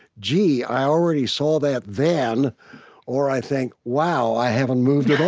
gee, i already saw that then or i think, wow, i haven't moved at all.